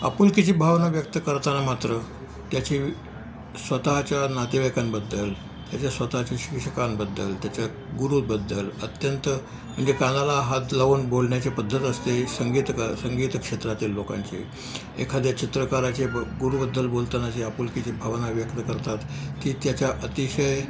आपुलकीची भावना व्यक्त करताना मात्र त्याची स्वतःच्या नातेवाईकांबद्दल त्याच्या स्वतःच्या शिक्षकांबद्दल त्याच्या गुरुबद्दल अत्यंत म्हणजे कानाला हात लावून बोलण्याची पद्धत असते संगीतकार संगीत क्षेत्रातील लोकांचे एखाद्या चित्रकाराचे ब गुरूबद्दल बोलतानाची आपुलकीची भावना व्यक्त करतात ती त्याच्या अतिशय